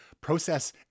process